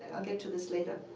i'll get to this later.